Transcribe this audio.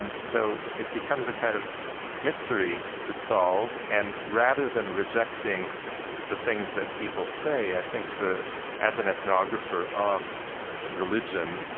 so it becomes a kind of mystery to solve. and rather than rejecting the things that people say, i think, as an ethnographer of religion,